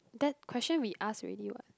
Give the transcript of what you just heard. that question we ask already what